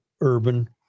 urban